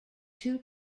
two